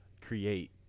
create